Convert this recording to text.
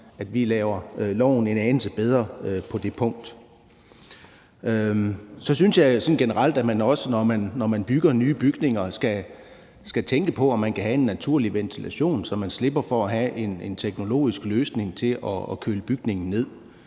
at vi laver loven en anelse bedre på det punkt. Så synes jeg sådan helt generelt, at man, når man bygger nye bygninger, også skal tænke på, om man kan have en naturlig ventilation, så man slipper for at have en teknologisk løsning til at køle bygningen ned.